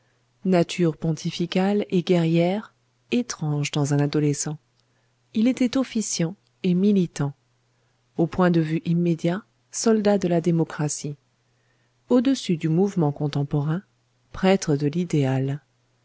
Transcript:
nature pontificale et guerrière étrange dans un adolescent il était officiant et militant au point de vue immédiat soldat de la démocratie au-dessus du mouvement contemporain prêtre de l'idéal